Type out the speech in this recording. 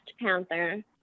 Panther